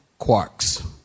quarks